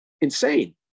insane